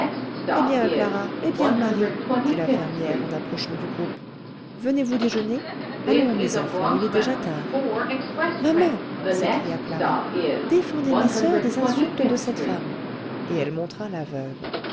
eh bien clara eh bien marie dit la fermière en approchant du groupe venez-vous déjeuner allons mes enfants il est déjà tard maman s'écria clara défendez ma soeur des insultes de cette femme et elle montra la veuve